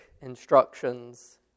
instructions